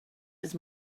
his